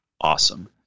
awesome